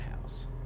house